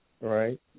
Right